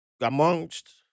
amongst